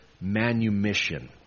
manumission